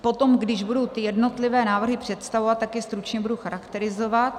Potom, když budu ty jednotlivé návrhy představovat, tak je stručně budu charakterizovat.